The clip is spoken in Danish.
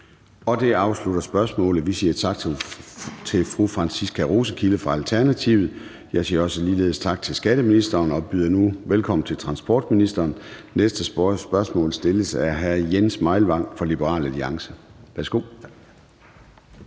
Det afslutter spørgsmålet. Vi siger tak til fru Franciska Rosenkilde fra Alternativet og til skatteministeren. Jeg byder nu velkommen til transportministeren. Næste spørgsmål stilles af hr. Jens Meilvang fra Liberal Alliance.